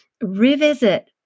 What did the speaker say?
revisit